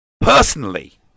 personally